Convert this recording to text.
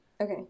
Okay